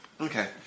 okay